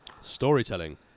Storytelling